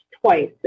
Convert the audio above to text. twice